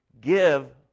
give